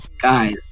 guys